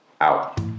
out